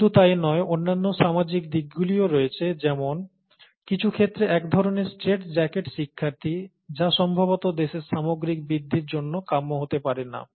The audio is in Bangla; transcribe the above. শুধু তাই নয় অন্যান্য সামাজিক দিকগুলিও রয়েছে যেমন কিছু ক্ষেত্রে এক ধরণের স্ট্রেইট জ্যাকেট শিক্ষার্থী যা সম্ভবত দেশের সামগ্রিক বৃদ্ধির জন্য কাম্য হতে পারে না